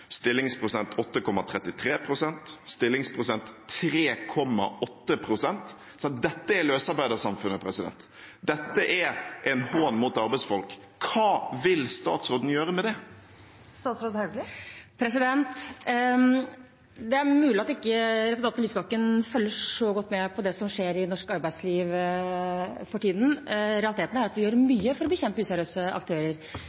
Dette er løsarbeidersamfunnet. Dette er en hån mot arbeidsfolk. Hva vil statsråden gjøre med det? Det er mulig at ikke representanten Lysbakken følger så godt med på det som skjer i norsk arbeidsliv for tiden. Realiteten er at vi gjør